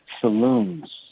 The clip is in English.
saloons